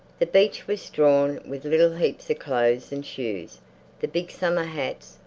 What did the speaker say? the beach was strewn with little heaps of clothes and shoes the big summer hats,